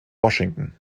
washington